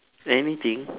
anything